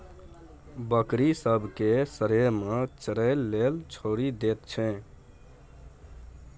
बकरी सब केँ सरेह मे चरय लेल छोड़ि दैत छै